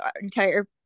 entire